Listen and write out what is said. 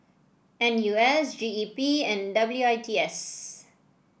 N U S G E P and W I T S